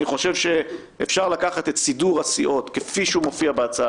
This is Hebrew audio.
אני חושב שאפשר לקחת את סידור הסיעות כפי שהוא מופיע בהצעה